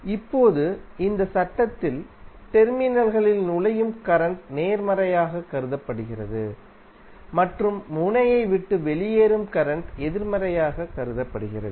இப்போது இந்த சட்டத்தில் டெர்மினல்களில் நுழையும் கரண்ட் நேர்மறையாகக் கருதப்படுகிறது மற்றும் முனையை விட்டு வெளியேறும் கரண்ட் எதிர்மறையாகக் கருதப்படுகிறது